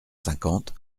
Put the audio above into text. cinquante